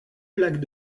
plaques